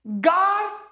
God